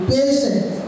patient